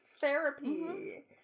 therapy